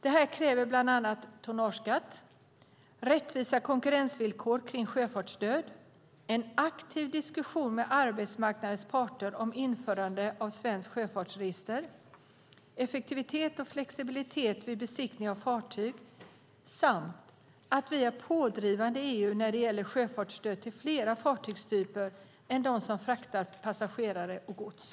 Det kräver bland annat tonnageskatt, rättvisa konkurrensvillkor kring sjöfartsstöd, en aktiv diskussion med arbetsmarknadens parter om införande av svenskt sjöfartsregister, effektivitet och flexibilitet vid besiktning av fartyg samt att vi är pådrivande i EU när det gäller sjöfartsstöd till fler fartygstyper än de som fraktar passagerare och gods.